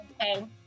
Okay